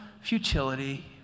futility